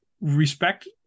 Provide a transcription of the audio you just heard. respect